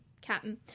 Captain